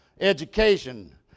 education